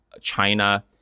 China